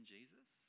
Jesus